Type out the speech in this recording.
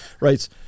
writes